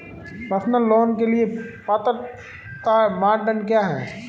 Personal loan के लिए पात्रता मानदंड क्या हैं?